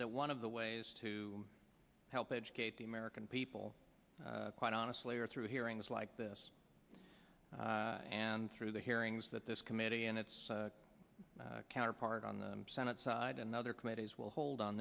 t one of the ways to help educate the american people quite honestly are through hearings like this and through the hearings that this committee and its counterpart on the senate side and other committees will hold on